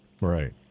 Right